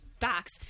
facts